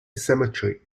cemetery